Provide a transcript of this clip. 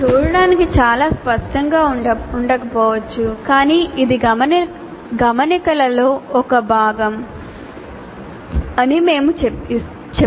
ఇది చూడటానికి చాలా స్పష్టంగా ఉండకపోవచ్చు కాని ఇది గమనికలలో ఒక భాగం అని మేము ఇస్తాము